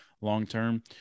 long-term